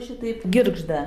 šitaip girgžda